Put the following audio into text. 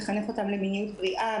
לחנך אותם למיניות בריאה,